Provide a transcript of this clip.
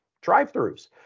Drive-throughs